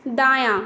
दायाँ